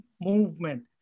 movement